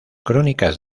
crónicas